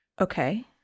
okay